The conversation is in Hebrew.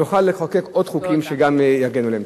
ונוכל לחוקק עוד חוקים שיגנו עליהם.